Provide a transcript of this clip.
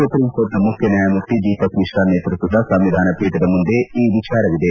supreme ಕೋರ್ಟ್ನ ಮುಖ್ಯ ನ್ಯಾಯಮೂರ್ತಿ ದೀಪಕ್ ಮಿಶ್ರಾ ನೇತೃತ್ವದ ಸಂವಿಧಾನ ಪೀಠದ ಮುಂದೆ ಈ ವಿಚಾರವಿದೆ